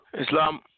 Islam